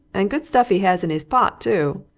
and good stuff he has in his pot, too!